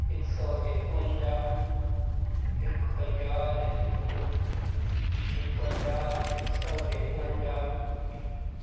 हिकु सौ एकवंजाह हिकु हज़ार हिकु हिकु हज़ार हिकु सौ एकवंजाह